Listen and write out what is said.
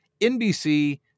NBC